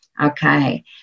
okay